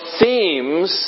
themes